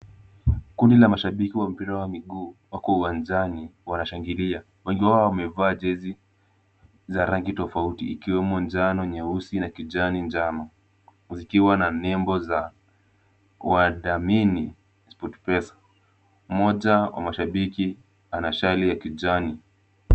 Kundi la mashabiki wa mpira wa miguu wako uwanjani wanashangilia. Wengi wao wamevaa jezi za rangi tofauti ikiwemo njano, nyeusi na kijani njano, zikiwa na nembo za wadhamini Sportpesa . Mmoja wa mashabiki ana shati ya kijani.